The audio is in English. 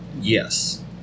Yes